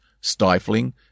stifling